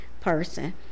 person